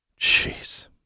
Jeez